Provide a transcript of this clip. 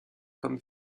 comme